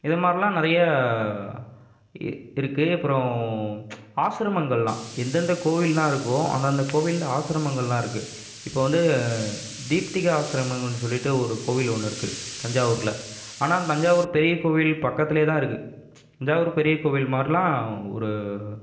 இது மாதிரிலாம் நிறையா இ இருக்குது அப்புறம் ஆசிரமங்கள்லாம் எந்தெந்த கோவில்லாம் இருக்கோ அந்தந்த கோவிலில் ஆசிரமங்கள்லாம் இருக்குது இப்போ வந்து தீப்திகா ஆசிரமங்கள்னு சொல்லிட்டு ஒரு கோவில் ஒன்று இருக்குது தஞ்சாவூரில் ஆனால் அந்த தஞ்சாவூர் பெரிய கோவில் பக்கத்துலேயே தான் இருக்குது தஞ்சாவூர் பெரிய கோவில் மாதிரிலாம் ஒரு